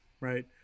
Right